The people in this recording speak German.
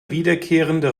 wiederkehrende